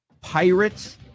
Pirates